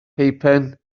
peipen